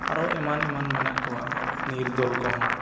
ᱟᱨᱚ ᱮᱢᱟᱱ ᱮᱢᱟᱱ ᱢᱮᱱᱟᱜ ᱠᱚᱣᱟ ᱱᱤᱨᱫᱚᱞ ᱠᱚᱦᱚᱸ